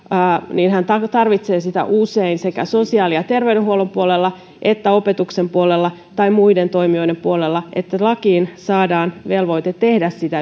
hän tarvitsee sitä usein sekä sosiaali ja terveydenhuollon puolella että opetuksen puolella tai muiden toimijoiden puolella on se että lakiin saadaan velvoite tehdä